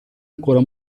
ancora